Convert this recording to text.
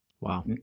Wow